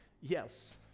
Yes